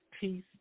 peace